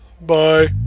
Bye